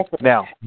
Now